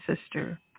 sister